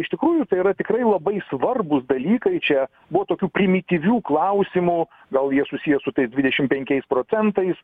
iš tikrųjų tai yra tikrai labai svarbūs dalykai čia buvo tokių primityvių klausimų gal jie susiję su tais dvidešim penkiais procentais